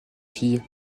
fille